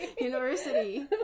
University